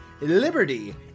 liberty